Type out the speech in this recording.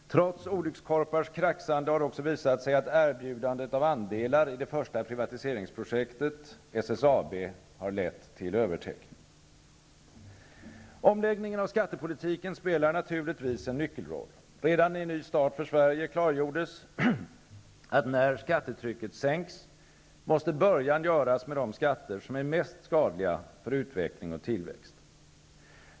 Trots olyckskorpars kraxande har det också visat sig att erbjudandet av andelar i det första privatiseringsprojektet, SSAB, har lett till överteckning. Omläggningen av skattepolitiken spelar naturligtvis en nyckelroll. Redan i Ny start för Sverige klargjordes att när skattetrycket sänks, måste början göras med de skatter som är mest skadliga för utveckling och tillväxt.